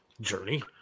Journey